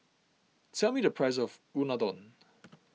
tell me the price of Unadon